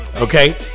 Okay